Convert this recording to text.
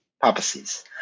purposes